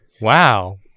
Wow